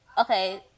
Okay